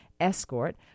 escort